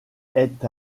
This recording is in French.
est